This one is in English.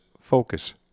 focus